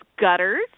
gutters